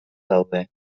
daude